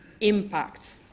impact